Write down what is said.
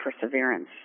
perseverance